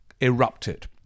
erupted